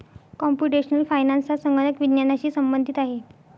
computational finance हा संगणक विज्ञानाशी संबंधित आहे